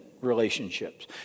relationships